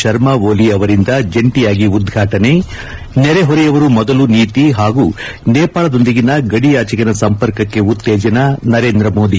ಶರ್ಮಾಓಲಿ ಅವರಿಂದ ಜಂಟಿಯಾಗಿ ಉದ್ಪಾಟನೆ ನೆರೆಹೊರೆಯವರು ಮೊದಲು ನೀತಿ ಹಾಗೂ ನೇಪಾಳದೊಂದಿಗಿನ ಗಡಿಯಾಚೆಗಿನ ಸಂಪರ್ಕಕ್ಕೆ ಉತ್ತೇಜನ ನರೇಂದ್ರ ಮೋದಿ